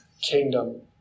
kingdom